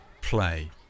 play